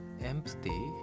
empty